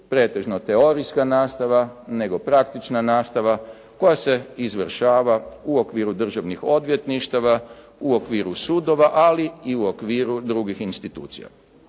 pretežno teorijska nastava nego praktična nastava koja se izvršava u okviru državnih odvjetništava, u okviru sudova, ali i u okviru drugih institucija.